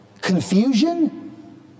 Confusion